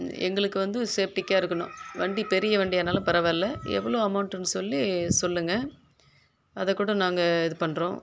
எங்களுக்கு வந்து சேப்டிக்காக இருக்கணும் வண்டி பெரிய வண்டியானாலும் பரவாயில்ல எவ்வளோ அமௌண்ட்டுன்னு சொல்லி சொல்லுங்கள் அதை கூட நாங்கள் இது பண்றோம்